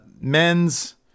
Men's